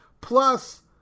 Plus